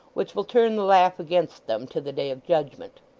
which will turn the laugh against them to the day of judgment.